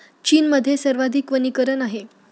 चीनमध्ये सर्वाधिक वनीकरण आहे